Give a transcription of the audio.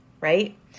right